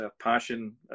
passion